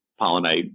pollinate